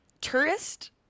Tourist